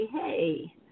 hey